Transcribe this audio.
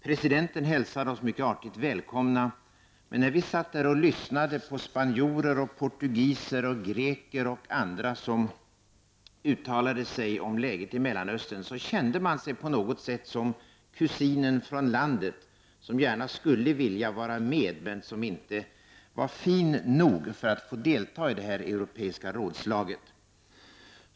Presidenten hälsade oss mycket artigt välkomna. Men när man satt där och lyssnade på spanjorer, portugiser, greker och andra som uttalade sig om läget i Mellanöstern, kände man sig på något sätt som kusinen från landet som gärna skulle vilja vara med men som inte var fin nog för att få delta i detta europeiska rådslag.